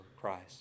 Christ